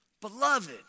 Beloved